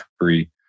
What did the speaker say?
free